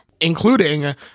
Including